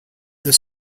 the